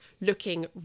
looking